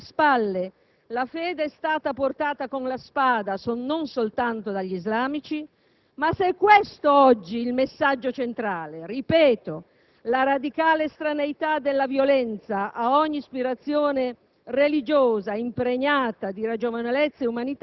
(e noi sappiamo che nei secoli bui che ci stanno alla spalle la fede è stata portata con la spada, non soltanto dagli islamici), se questo oggi è il messaggio centrale, ripeto, la radicale estraneità della violenza ad ogni ispirazione